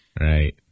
Right